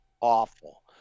Awful